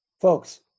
Folks